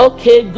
Okay